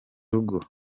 rugo